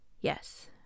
Yes